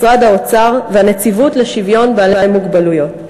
משרד האוצר והנציבות לשוויון זכויות לבעלי מוגבלויות.